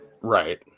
Right